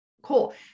Cool